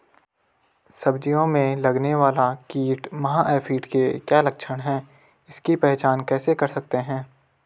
सब्जियों में लगने वाला कीट माह एफिड के क्या लक्षण हैं इसकी पहचान कैसे कर सकते हैं?